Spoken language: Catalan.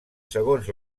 segons